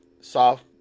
soft